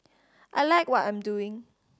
I like what I'm doing